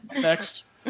Next